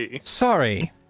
Sorry